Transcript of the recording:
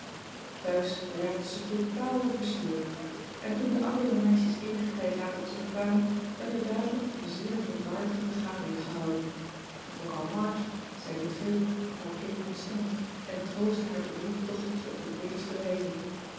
thuis raakte ze totaal overstuur en toen de oudere meisjes eenigen tijd later terugkwamen werd er dadelijk een zeer verontwaardigde vergadering gehouden mevrouw march zei niet veel maar keek ontstemd en troostte haar bedroefd dochtertje op de teederste wijze